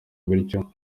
bityo